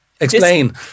Explain